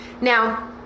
Now